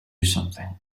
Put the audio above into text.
something